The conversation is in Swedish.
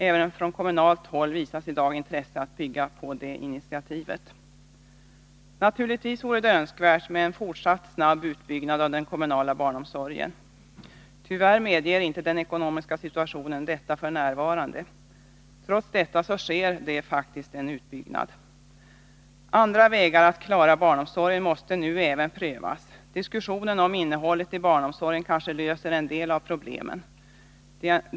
Även från kommunalt håll visas i dag intresse för att bygga på det initiativet. Det vore naturligtvis önskvärt med en fortsatt snabb utbyggnad av den kommunala barnomsorgen. Tyvärr medger f.n. inte den ekonomiska situationen detta. Trots det sker faktiskt en utbyggnad. Andra vägar för att klara barnomsorgen måste nu prövas. Diskussionen om innehållet i barnomsorgen kanske löser en del av problemen.